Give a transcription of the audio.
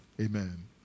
Amen